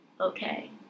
okay